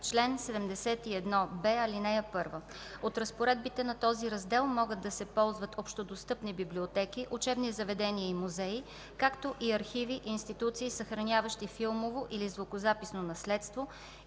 Чл. 71б. (1) От разпоредбите на този раздел могат да се ползват общодостъпни библиотеки, учебни заведения и музеи, както и архиви, институции, съхраняващи филмово или звукозаписно наследство,